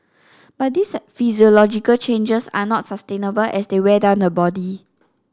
but these physiological changes are not sustainable as they wear down the body